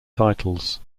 titles